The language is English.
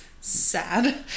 sad